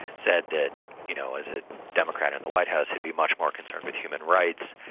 said that you know as a democrat in the white house he'd be much more concerned with human rights,